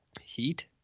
Heat